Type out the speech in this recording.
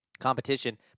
Competition